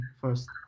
first